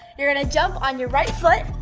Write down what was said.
you're going to jump on your right foot.